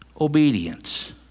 obedience